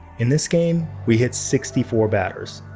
in this game, we hit sixty four batters,